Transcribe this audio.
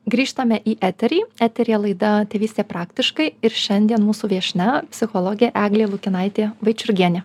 grįžtame į eterį eteryje laidą tėvystė praktiškai ir šiandien mūsų viešnia psichologė eglė lukinaitė vaičiurgienė